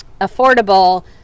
affordable